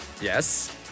Yes